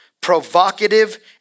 provocative